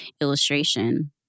illustration